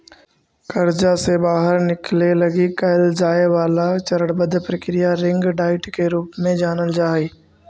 कर्जा से बाहर निकले लगी कैल जाए वाला चरणबद्ध प्रक्रिया रिंग डाइट के रूप में जानल जा हई